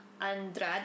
Andrade